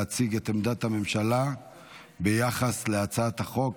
להציג את עמדת הממשלה ביחס להצעת החוק.